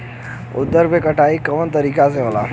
उरद के कटाई कवना तरीका से होला?